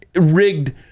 rigged